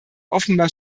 offenbar